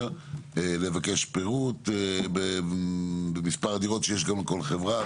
לבקש פירוט במספר הדירות שיש לכל חברה,